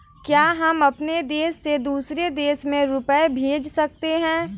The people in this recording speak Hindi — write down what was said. क्या हम अपने देश से दूसरे देश में रुपये भेज सकते हैं?